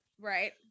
right